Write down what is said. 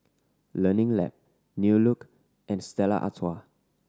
Learning Lab New Look and Stella Artois